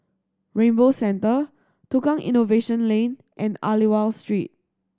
Rainbow Centre Tukang Innovation Lane and Aliwal Street